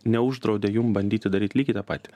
neuždraudė jum bandyti daryti lygiai tą patį